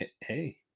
Hey